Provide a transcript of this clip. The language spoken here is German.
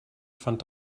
fand